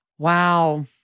Wow